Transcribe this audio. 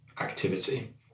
activity